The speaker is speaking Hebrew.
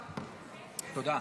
תודה.